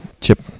Chip